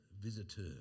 visitor